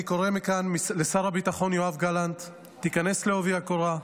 אני קורא מכאן לשר הביטחון יואב גלנט: תיכנס בעובי הקורה.